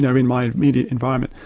know, in my immediate environment.